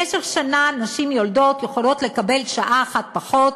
במשך שנה נשים יולדות יכולות לעבוד שעה אחת פחות